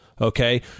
Okay